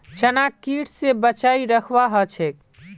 चनाक कीट स बचई रखवा ह छेक